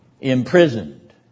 imprisoned